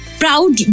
proud